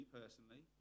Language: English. personally